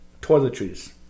toiletries